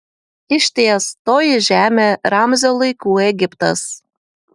išties toji žemė ramzio laikų egiptas